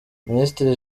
minisitiri